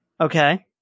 Okay